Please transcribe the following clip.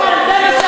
אתה חצוף ופחדן,